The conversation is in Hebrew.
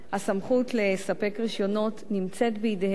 הסמכות לספק רשיונות נמצאת בידיהם של